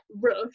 rush